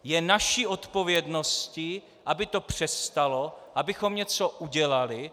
Je naší odpovědností, aby to přestalo, abychom něco udělali.